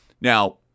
Now